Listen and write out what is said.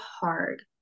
hard